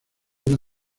una